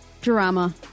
Drama